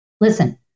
Listen